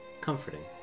comforting